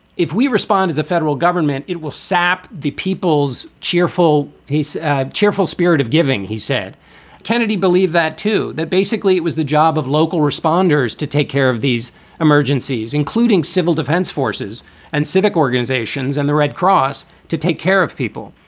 if we respond as a federal government, it will sap the people's cheerful, his cheerful spirit of giving. he said kennedy believed that to that basically it was the job of local responders to take care of these emergencies, including civil defense forces and civic organizations and the red cross to take care of people.